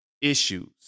issues